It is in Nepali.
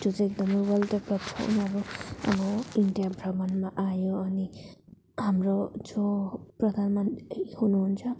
जो चाहिँ एकदमै वेल डेभलप्ड उनीहरू अब इन्डिया भ्रमणमा आयो हाम्रो जो प्रधानमन्त्री हुनुहुन्छ